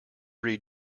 read